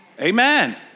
Amen